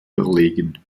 erlegen